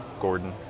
Gordon